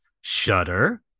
Shudder